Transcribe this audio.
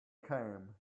came